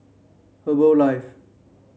herbalife